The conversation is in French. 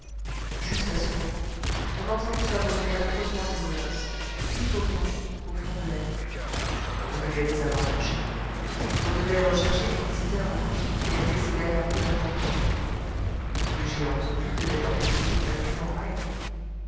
juste à ce moment on entendit aboyer affreusement les molosses tout au loin au fond de la nuit on devait les avoir lâchés on devait rechercher les visiteurs inconnus qui avaient laissé derrière eux la porte ouverte le géant tobie devait organiser une battue en règle